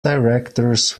directors